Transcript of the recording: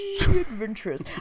adventurous